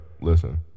listen